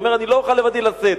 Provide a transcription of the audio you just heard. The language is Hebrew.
הוא אומר: אני לא אוכל לבדי לשאת,